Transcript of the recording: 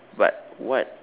but what